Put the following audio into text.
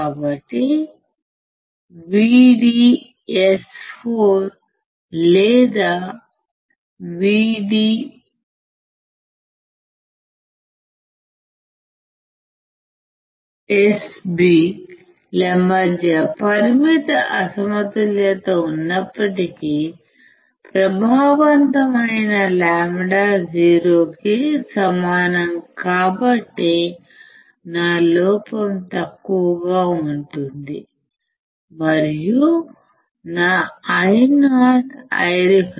కాబట్టి VDSA లేదా VDSB ల మధ్య పరిమిత అసమతుల్యత ఉన్నప్పటికీ ప్రభావవంతమైన λ 0 కి సమానం కాబట్టి నా లోపం తక్కువగా ఉంటుంది మరియు నా Io Ireference